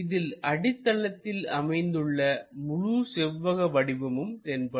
இதில் அடித்தளத்தில் அமைந்துள்ள முழு செவ்வக வடிவமும் தென்படும்